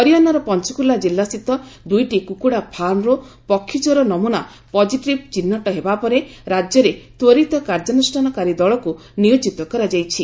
ହରିୟାଣାର ପଞ୍ଚକୁଲା କିଲ୍ଲାସ୍ଥିତ ଦୁଇଟି କୁକୁଡ଼ା ଫାର୍ମରୁ ପକ୍ଷୀଜ୍ୱର ନମୁନା ପକିଟିଭ୍ ଚିହ୍ନଟ ହେବା ପରେ ରାଜ୍ୟରେ ତ୍ୱରିତ କାର୍ଯ୍ୟାନୁଷ୍ଠାନକାରୀ ଦଳକୁ ନିୟୋଜିତ କରାଯାଇଛି